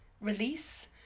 release